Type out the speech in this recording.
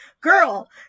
Girl